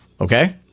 Okay